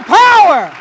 power